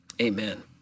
amen